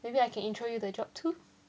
maybe I can intro you the job too